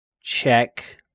check